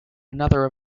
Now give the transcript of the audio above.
another